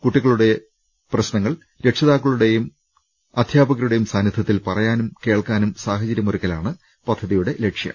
കുട്ടികളുടെ പ്രശ്നങ്ങൾ രക്ഷിതാക്കളുടെയും അധ്യാപകരുടെയും സാന്നിധ്യത്തിൽ പറയാനും കേൾക്കാനും സാഹചര്യമൊരുക്കുകയാണ് പദ്ധതിയുടെ ലക്ഷ്യം